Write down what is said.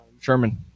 sherman